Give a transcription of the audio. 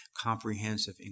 comprehensive